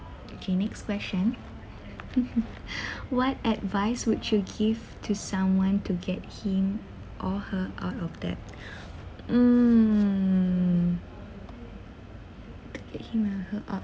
okay next question what advice would you give to someone to get him or her out of debt mm to get him or her out